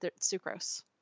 sucrose